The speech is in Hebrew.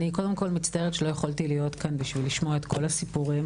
אני קודם כל מצטערת שלא יכולתי להיות כאן בשביל לשמוע את כל הסיפורים,